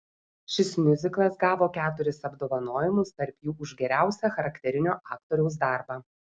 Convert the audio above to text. šis miuziklas gavo keturis apdovanojimus tarp jų už geriausią charakterinio aktoriaus darbą